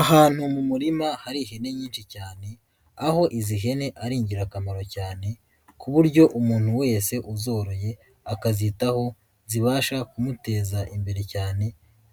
Ahantu mu murima hari ihene nyinshi cyane, aho izi hene ari ingirakamaro cyane, ku buryo umuntu wese uzoroye akazitaho, zibasha kumuteza imbere cyane,